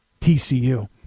TCU